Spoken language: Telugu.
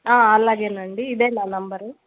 అలాగే అండి ఇదే నా నంబరు